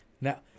Now